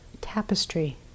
tapestry